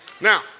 Now